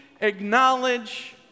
acknowledge